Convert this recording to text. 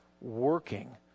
working